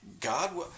God